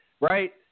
right